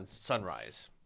sunrise